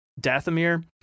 dathomir